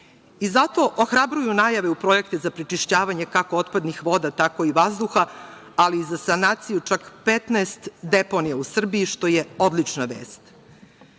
ljudi. Zato ohrabruju najave u projekte za prečišćavanje kako otpadnih voda, tako i vazduha, ali i za sanaciju čak 15 deponija u Srbiji, što je odlična vest.